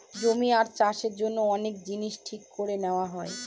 জমি আর চাষের জন্য অনেক জিনিস ঠিক করে নেওয়া হয়